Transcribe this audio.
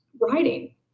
writing